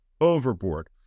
overboard